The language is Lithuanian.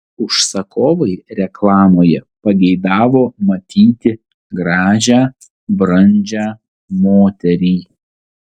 užsakovai reklamoje pageidavo matyti gražią brandžią moterį